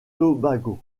tobago